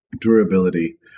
durability